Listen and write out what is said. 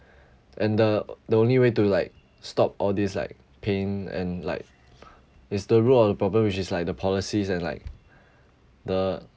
and the the only way to like stop all these like pain and like is the root of the problem which is like the policies and like the